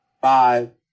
five